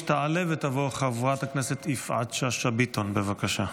תעלה ותבוא חברת הכנסת יפעת שאשא ביטון, בבקשה.